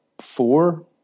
four